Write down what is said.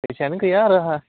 फैसायानो गैया आरो आंहा